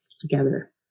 together